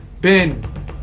Ben